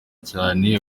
cyane